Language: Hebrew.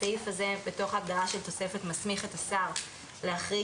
הסעיף הזה בתוך ההגדרה של תוספת מסמיך את השר להחריג